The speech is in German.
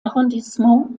arrondissement